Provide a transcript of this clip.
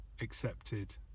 accepted